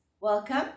Welcome